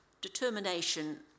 determination